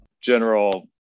general